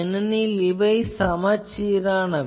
ஏனெனில் இவை சமச்சீரானவை